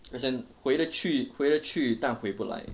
as in 回得去回得去但回不来